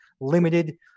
limited